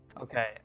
Okay